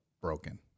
broken